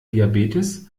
diabetes